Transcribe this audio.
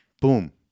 boom